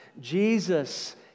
Jesus